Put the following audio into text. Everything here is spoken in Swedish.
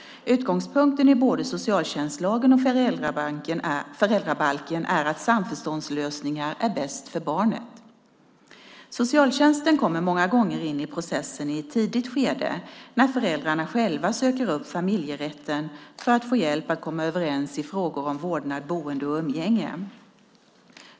Utgångspunkten i både socialtjänstlagen och föräldrabalken är att samförståndslösningar är bäst för barnet. Socialtjänsten kommer många gånger in i processen i ett tidigt skede när föräldrar själva söker upp familjerätten för att få hjälp med att komma överens i frågor om vårdnad, boende och umgänge.